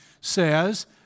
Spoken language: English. says